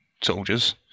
soldiers